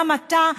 גם אתה,